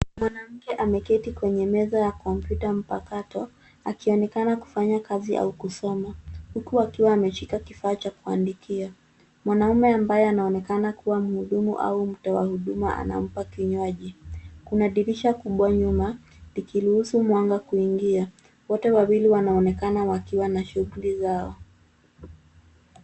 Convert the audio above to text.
Mwanamke ameketi kwenye meza ya kompyuta mpakato akionekana kufanya kazi au kusoma huku akiwa ameshika kifaa cha kuandikia. Mwanaume ambaye anaonekana kuwa mhudumu au mtoa huduma anampa kinywaji. Kuna dirisha kubwa nyuma, likiruhusu mwanga kuingia. Wote wawili wanaonekana wakiwa na shughuli zao.